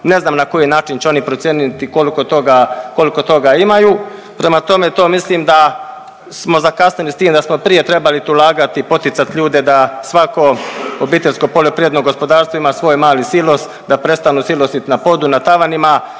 ne znam na koji način će oni procijeniti koliko toga imaju, prema tome, to mislim da smo zakasnili s tim, da smo prije trebali tu ulagati i poticati ljude da svako OPG ima svoje mali silos da prestanu silosit na podu, na tavanima